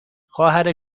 خواهر